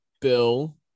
Bill